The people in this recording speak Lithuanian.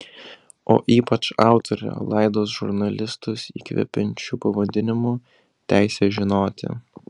o ypač autorė laidos žurnalistus įkvepiančiu pavadinimu teisė žinoti